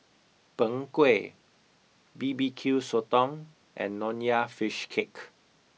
Png Kueh B B Q Sotong and Nonya Fish Cake